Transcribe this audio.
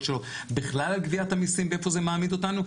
שלו בכלל על גביית המיסים ואיפה זה מעמיד אותנו,